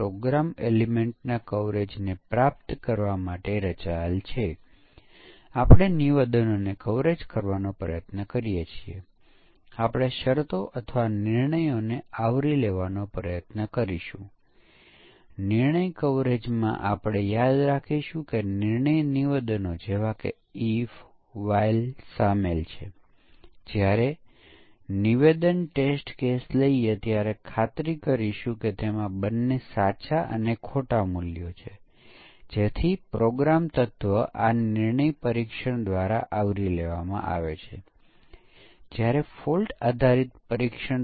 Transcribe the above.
driver તે છે જે ફંક્શન અથવા યુનિટની વર્તણૂકનું અનુકરણ કરે છે જે આ યુનિટને કોલ કરે છે અને સંભવત પરીક્ષણ કરવામાં આવતા યુનિટને કેટલાક ડેટા પૂરા પાડે છે જ્યારે સ્ટબ તે કોઈ એવા ફંક્શનની વર્તણૂકનું અનુકરણ કરે છે જે હજી સુધી લખાયેલું નથી અથવા તે ઉપલબ્ધ નથી